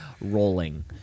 rolling